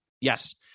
Yes